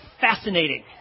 fascinating